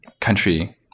country